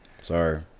Sorry